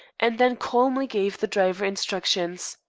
and then calmly gave the driver instructions.